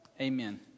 Amen